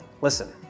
Listen